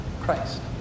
Christ